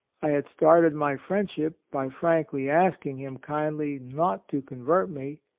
i had started my friendship by frankly asking him kindly not to convert me,